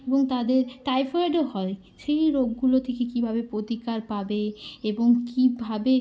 এবং তাদের টাইফয়েডও হয় সেই রোগগুলো থেকে কীভাবে প্রতিকার পাবে এবং কীভাবে